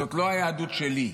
זאת לא היהדות שלי.